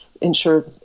ensure